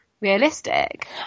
realistic